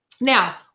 Now